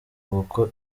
kuko